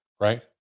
right